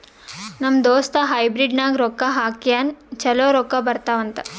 ನಮ್ ದೋಸ್ತ ಹೈಬ್ರಿಡ್ ನಾಗ್ ರೊಕ್ಕಾ ಹಾಕ್ಯಾನ್ ಛಲೋ ರೊಕ್ಕಾ ಬರ್ತಾವ್ ಅಂತ್